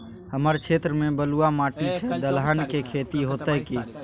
हमर क्षेत्र में बलुआ माटी छै, दलहन के खेती होतै कि?